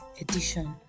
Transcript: edition